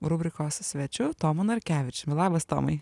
rubrikos svečiu tomu narkevičiumi labas tomai